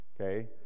Okay